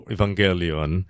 Evangelion